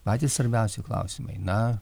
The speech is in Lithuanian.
patys svarbiausi klausimai na